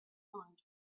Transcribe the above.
find